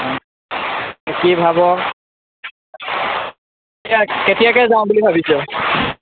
কি ভাব এতিয়া কেতিয়াকৈ যাওঁ বুলি ভাবিছ